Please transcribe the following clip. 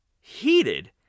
heated